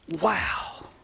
Wow